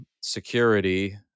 security